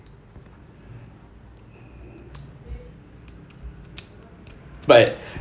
but